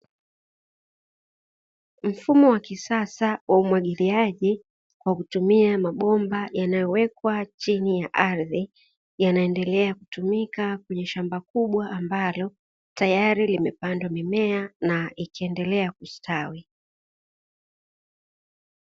Mfumo wa kisasa wa umwagiliaji kwa kutumia mabomba yanayowekwa chini ya ardhi, yanaendelea kutumika kwenye shamba kubwa ambalo tayari limepandwa mimea na ikiendelea kustawi.